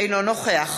אינו נוכח